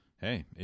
Hey